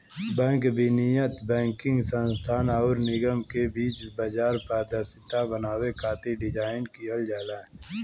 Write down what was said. bank विनियम banking संस्थान आउर निगम के बीच बाजार पारदर्शिता बनावे खातिर डिज़ाइन किहल जाला